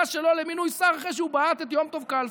שלו למינוי שר אחרי שהוא בעט את יום טוב כלפון.